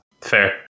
Fair